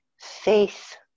faith